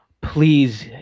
please